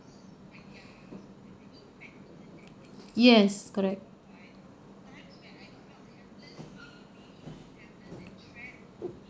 yes correct